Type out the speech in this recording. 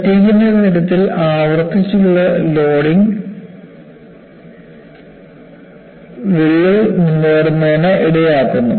ഫാറ്റിഗ്ന്റെ കാര്യത്തിൽ ആവർത്തിച്ചുള്ള ലോഡിംഗ് വിള്ളൽ മുന്നേറുന്നതിന് ഇടയാക്കുന്നു